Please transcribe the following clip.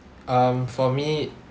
um for me